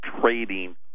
trading